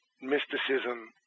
mysticism